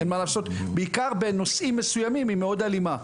בעיקר בנושאים מסויימים היא מאוד אלימה.